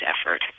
effort